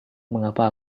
mengapa